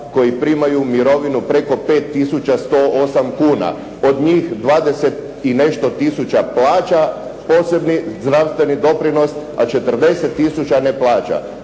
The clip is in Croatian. koji primaju mirovinu preko 5108 kn. Od njih 20 i nešto tisuća plaća posebni zdravstveni doprinos, a 40 000 ne plaća.